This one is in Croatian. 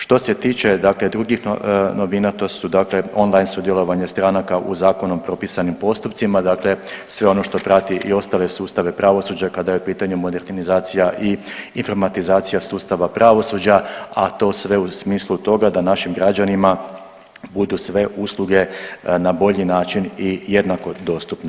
Što se tiče drugih novina to su dakle on line sudjelovanje stranaka u zakonom propisanim postupcima, dakle sve ono što prati i ostale sustave pravosuđa kada je u pitanju modernizacija i informatizacija sustava pravosuđa, a to sve u smislu toga da našim građanima budu sve usluge na bolji način i jednako dostupne.